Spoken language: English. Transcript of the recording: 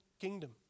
kingdom